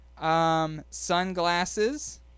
sunglasses